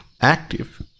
active